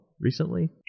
recently